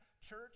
church